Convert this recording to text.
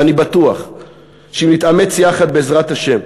ואני בטוח שאם נתאמץ יחד, בעזרת השם,